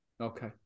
Okay